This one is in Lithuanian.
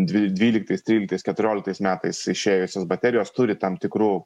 dvi dvyliktais tryliktais keturioliktais metais išėjusios baterijos turi tam tikrų